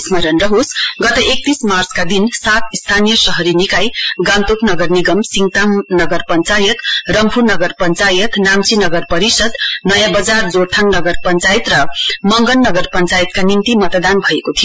स्मरण रहोस् गत एकतीस मार्चका दिन सात स्थानीय शहरी निकाय गान्तोक नगर निगम सिङताम नगर पञ्चायत रम्फू नगर पञ्चायत नाम्ची नगर परिषद् नयाँ बजार जोरथाङ नगर पञ्चायत र मंगन नगर पञ्चायतका निम्ति मतदान भएको थियो